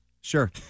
sure